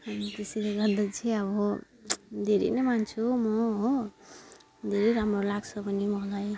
अनि त्यसैले गर्दा चाहिँ अब धेरै नै मान्छु म हो धेरै राम्रो लाग्छ पनि मलाई